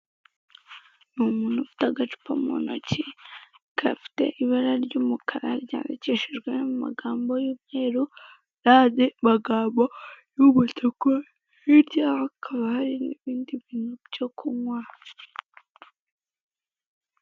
Ni umuntu ufite agacupa muntoki gafite ibara ry'umukara ryandikishijwe amagambo y'umweru nandi magambo y'umutuku hirya yaho hakaba hari ibindi bintu byo kunkwa.